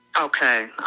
Okay